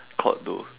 caught though